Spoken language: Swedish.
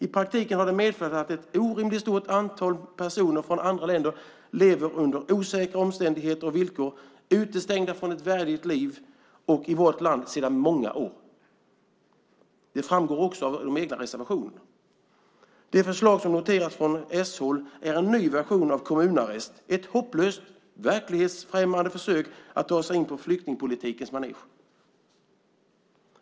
I praktiken har det medfört att ett orimligt stort antal personer från andra länder lever under osäkra omständigheter och villkor, utestängda från ett värdigt liv, i vårt land sedan många år. Det framgår också av reservationerna. De förslag som noteras från s-håll är en ny version av kommunarrest, ett hopplöst, verklighetsfrämmande försök att ta sig in i flyktingpolitikens manege.